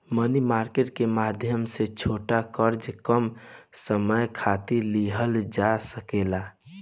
मनी market के माध्यम से छोट कर्जा कम समय खातिर लिहल जा सकेला